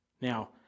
Now